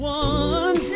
one